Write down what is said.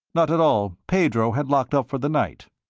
not at all. pedro had locked up for the night.